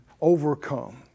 overcome